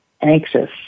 anxious